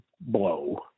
blow